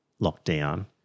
lockdown